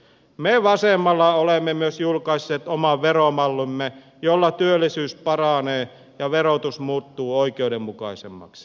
me vasemmalla olemme myös julkaisseet oman veromallimme jolla työllisyys paranee ja verotus muuttuu oikeudenmukaisemmaksi